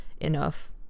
enough